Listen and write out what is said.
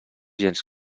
gens